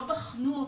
לא בחנו אותו,